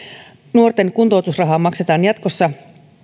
nuorten kuntoutusrahaa maksetaan jatkossa